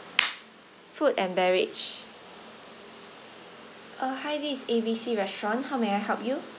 food and beverage uh hi this is A B C restaurant how may I help you